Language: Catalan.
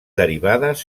derivades